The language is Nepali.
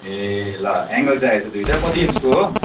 ए ल एङ्गल चाहिएको छ दुइवटा कति इन्चको हो